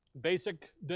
basic